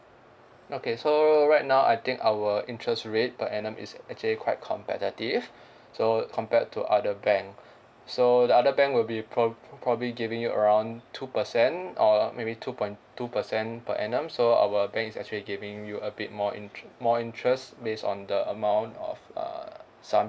okay so right now I think our interest rate per annum is actually quite competitive so compared to other bank so the other bank will be prob~ probably giving you around two percent or maybe two point two percent per annum so our bank is actually giving you a bit more inter~ more interest based on the amount of uh sum